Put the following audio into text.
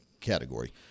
category